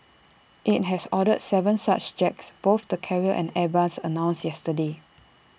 IT has ordered Seven such jets both the carrier and airbus announced yesterday